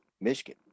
Michigan